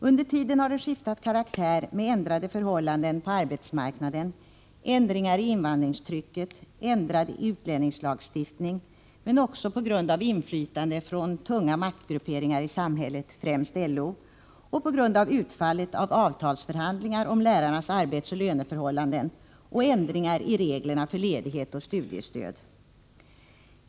Under tiden har verksamheten skiftat karaktär i och med ändrade förhållanden på arbetsmarknaden, förändringar i invandringstrycket och ändrad utlänningslagstiftning men också på grund av inflytande från tunga massgrupperingar i samhället — främst LO — och på grund av utfallet av avtalsförhandlingar om lärarnas arbetsoch löneförhållanden samt ändringar i reglerna för ledighet och studiestöd.